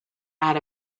out